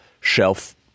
shelf